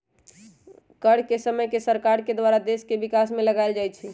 कर के देश के सरकार के द्वारा देश के विकास में लगाएल जाइ छइ